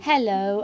Hello